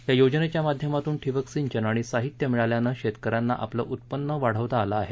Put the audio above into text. या योजनेच्या माध्यमातून ठिबक सिंचन आणि साहीत्य मिळाल्यानं शेतक यांना आपलं उत्पन्न वाढवता आलं आहे